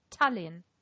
Tallinn